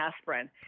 aspirin